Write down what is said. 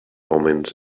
omens